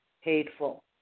hateful